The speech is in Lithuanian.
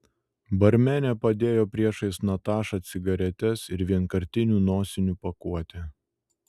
barmenė padėjo priešais natašą cigaretes ir vienkartinių nosinių pakuotę